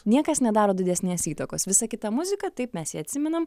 niekas nedaro didesnės įtakos visa kita muzika taip mes ją atsimenam